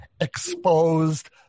exposed